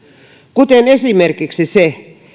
kuten esimerkiksi se